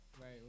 right